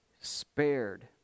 Spared